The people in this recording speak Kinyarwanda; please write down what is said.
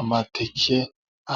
Amateke